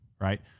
right